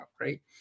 right